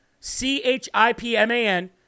C-H-I-P-M-A-N